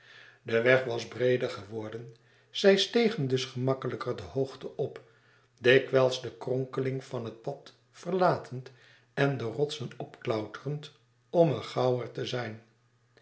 de weg was breeder geworden zij stegen dus gemakkelijker de hoogte op dikwijls de kronkeling van het pad verlatend en de rotsen opklauterend om er gauwer te zijn